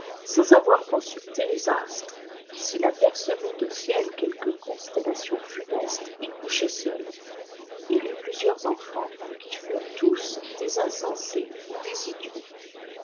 sans avoir consté les astres s'il apercevait avçiel quelques ûonsteuattons ftteâstes il couchait seul il eut plusieurs enfonts qui furent tous des insensés ou des idiots